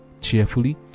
cheerfully